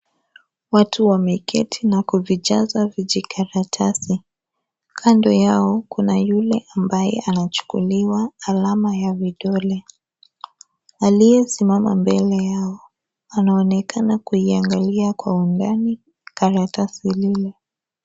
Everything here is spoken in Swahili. Watu wameketi na kuvijaza vijikaratasi. Kando yao, kuna yule ambaye anachukuliwa alama ya vidole. Aliyesimama mbele yao, anaonekana kuiangalia kwa undani karatasi lile.